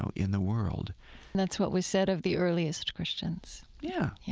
ah in the world that's what was said of the earliest christians yeah.